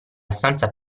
stanza